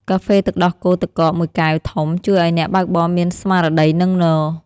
កាហ្វេទឹកដោះគោទឹកកកមួយកែវធំជួយឱ្យអ្នកបើកបរមានស្មារតីនឹងនរ។